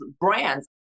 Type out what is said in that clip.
brands